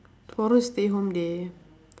tomorrow stay home day